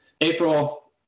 april